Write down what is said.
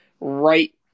right